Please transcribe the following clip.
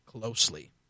closely